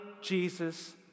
Jesus